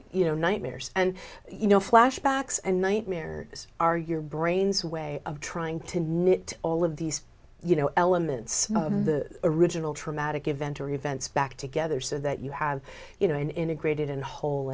you know nightmares and you know flashbacks and nightmares are your brain's way of trying to get all of these you know elements of the original traumatic event or events back together so that you have you know an integrated in a whole